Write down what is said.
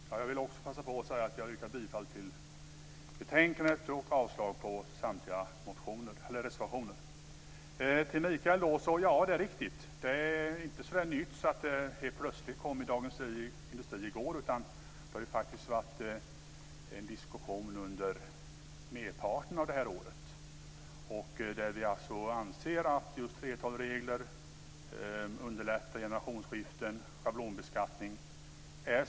Fru talman! Jag vill också passa på att säga att jag yrkar bifall till förslaget i betänkandet och avslag på samtliga reservationer. Ja, det är riktigt, Mikael Oscarsson, att detta inte är så nytt att det plötsligt fanns med i Dagens Industri i går. Det har varit en diskussion under merparten av året. Vi anser att 3:12-regler underlättar generationsskiften och schablonbeskattning.